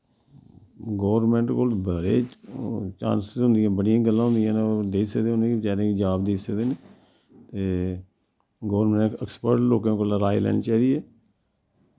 government कोल बड़े chances होंदियां बड़िया गल्लां होंदियां न ओह् देई सकदे उनेंगी बचारें गी जाब देई सकदे न ते गौरमैंट एक्सपर्ट लोकें कोला राए लैनी चाहिदी ऐ